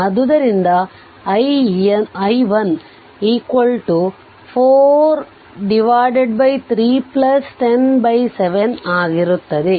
ಆದ್ದರಿಂದ i14 3 10 7 ಆಗಿರುತ್ತದೆ